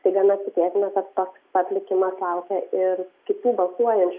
tai gana tikėtina kad toks pat likimas laukia ir kitų balsuojančių